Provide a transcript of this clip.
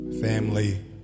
family